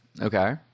okay